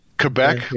Quebec